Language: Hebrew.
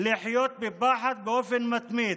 לחיות בפחד באופן מתמיד.